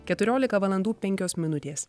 keturiolika valandų penkios minutės